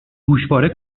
گوشواره